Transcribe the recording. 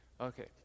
Okay